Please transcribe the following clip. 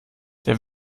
der